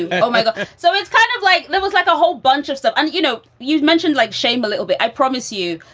oh, my so it's kind of like there was like a whole bunch of stuff. and, you know, you'd mentioned like chambal, it'll be i promise you,